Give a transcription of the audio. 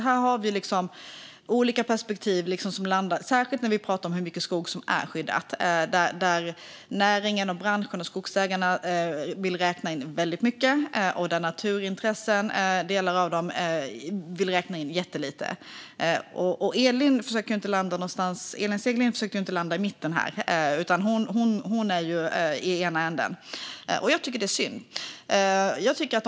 Här har vi olika perspektiv, särskilt när vi pratar om hur mycket skog som är skyddad. Näringen, det vill säga branschen och skogsägarna, vill räkna in väldigt mycket, och naturintressena, eller delar av dem, vill räkna in jättelite. Elin Segerlind försöker inte landa i mitten, utan hon är i ena änden. Jag tycker att det är synd.